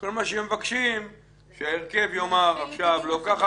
כל מה שמבקשים שהרכב יאמר: עכשיו לא כך,